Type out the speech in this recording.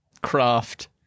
Craft